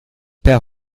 per